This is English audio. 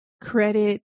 credit